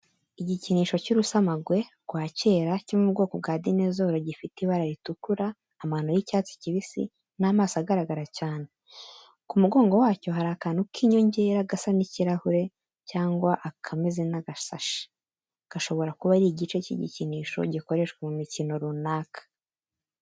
Igikinisho cy’urusamagwe rwa kera cyo mu bwoko bwa dinezoro gifite ibara ritukura, amano y’icyatsi kibisi n’amaso agaragara cyane. Ku mugongo wacyo hari akantu k’inyongera gasa n’ikirahure cyangwa akameze nk’agasashi, gashobora kuba ari igice cy’igikinisho gikoreshwa mu mikino runaka.